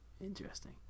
Interesting